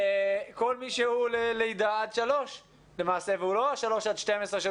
לגילי לידה עד שלוש והוא לא שלוש עד 12,